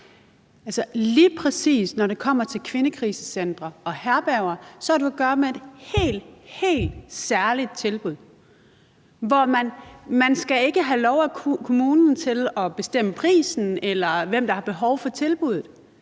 Lige præcis når det kommer til kvindekrisecentre og herberger, har du at gøre med et helt, helt særligt tilbud, hvor man ikke skal have lov af kommunen til at bestemme prisen, eller hvem der har behov for tilbuddet.